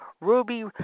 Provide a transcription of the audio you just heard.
Ruby